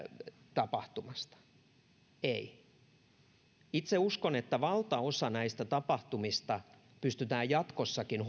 tapahtumasta ei itse uskon että valtaosa näistä tapahtumista pystytään jatkossakin